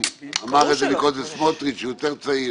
אמר את זה מקודם סמוטריץ הוא יותר צעיר